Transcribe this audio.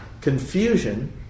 confusion